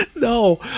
No